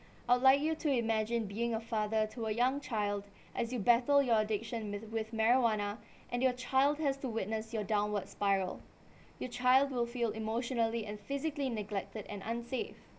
I would like you to imagine being a father to a young child as you battle your addiction mi~ with marijuana and your child has to witness your downward spiral your child will feel emotionally and physically neglected and unsafe